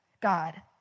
God